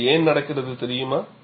இது ஏன் நடக்கிறது தெரியுமா